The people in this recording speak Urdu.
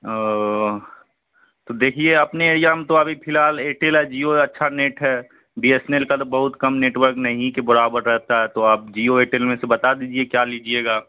او تو دیکھیے آپ اپنے ایریا میں تو ابھی فی الحال ایئرٹیل اور جیو ہے اچھا نیٹ ہے بی ایس این ایل کا تو بہت کم نیٹ ورک نہیں کے برابر رہتا ہے تو آپ جیو ایئرٹیل میں سے بتا دیجیے کیا لیجیے گا آپ